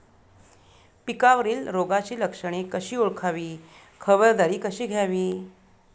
पिकावरील रोगाची लक्षणे कशी ओळखावी, खबरदारी कशी घ्यावी?